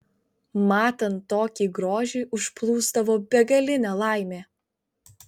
matant tokį grožį užplūsdavo begalinė laimė